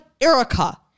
Erica